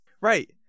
Right